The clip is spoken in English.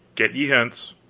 get you hence.